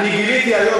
אני גיליתי היום,